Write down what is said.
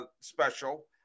special